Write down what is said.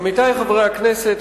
עמיתי חברי הכנסת,